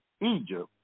Egypt